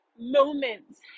moments